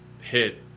hit